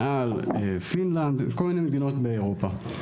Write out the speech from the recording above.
מעל פינלנד וכל מיני מדינות באירופה.